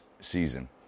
season